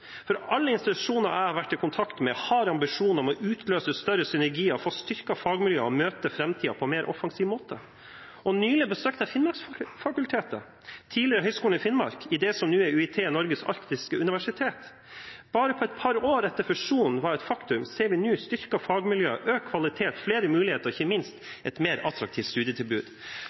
selv. Alle institusjoner jeg har vært i kontakt med, har ambisjoner om å utløse større synergier, få styrket fagmiljøene og møte framtiden på en mer offensiv måte. Nylig besøkte jeg Finnmarksfakultetet, tidligere Høgskolen i Finnmark, i det som nå er UiT, Norges arktiske universitet. Bare på et par år etter at fusjonen var et faktum, ser vi nå et styrket fagmiljø, økt kvalitet, flere muligheter og ikke